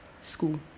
school